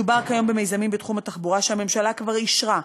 מדובר כיום במיזמים בתחום התחבורה שהממשלה כבר אישרה,